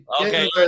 Okay